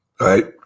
Right